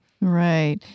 Right